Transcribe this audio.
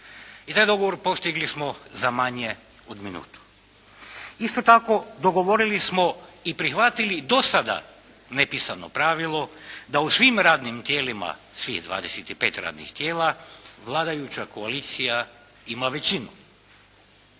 I taj dogovor postigli smo za manje od minutu. Isto tako dogovorili smo i prihvatili do sada nepisano pravilo da u svim radnih tijelima, svih 25 radnih tijela, vladajuća koalicija ima većinu.